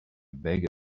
beg